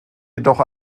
jedoch